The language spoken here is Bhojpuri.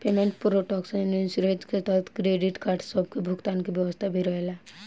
पेमेंट प्रोटक्शन इंश्योरेंस के तहत क्रेडिट कार्ड सब के भुगतान के व्यवस्था भी रहेला